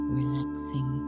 relaxing